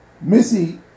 Missy